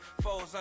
foes